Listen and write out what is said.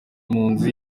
impunzi